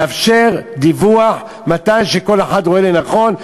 לאפשר דיווח מתי שכל אחד רואה לנכון,